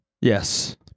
Yes